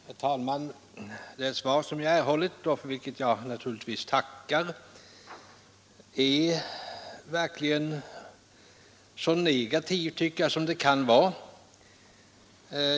Herr talman! Det svar som jag erhållit och för vilket jag naturligtvis tackar är verkligen så negativt som det kan vara.